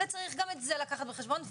צריך גם את זה לקחת בחשבון.